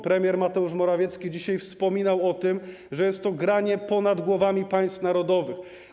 Premier Mateusz Morawiecki dzisiaj wspominał o tym, że jest to granie ponad głowami państw narodowych.